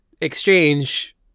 exchange